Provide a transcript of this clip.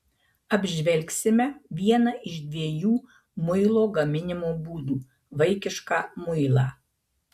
apžvelgsime vieną iš dviejų muilo gaminimo būdų vaikišką muilą